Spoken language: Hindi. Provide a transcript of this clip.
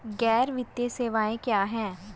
गैर वित्तीय सेवाएं क्या हैं?